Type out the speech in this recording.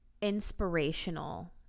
inspirational